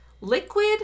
Liquid